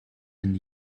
ein